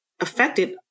affected